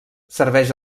serveix